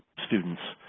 students